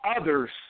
others